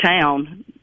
town